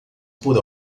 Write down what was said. por